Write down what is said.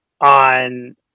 on